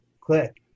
click